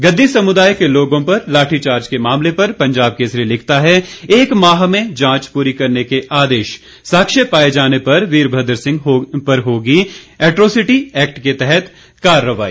गद्दी समुदाय के लोगों पर लाठीचार्ज के मामले पर पंजाब केसरी लिखता है एक माह में जांच पूरी करने के आदेश साक्ष्य पाए जाने पर वीरभद्र सिंह पर होगी एट्रोसिटी एक्ट के तहत कार्रवाई